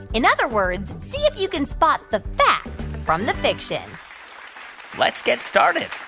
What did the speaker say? in other words, see if you can spot the fact from the fiction let's get started.